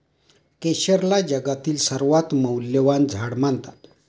केशरला जगातील सर्वात मौल्यवान झाड मानतात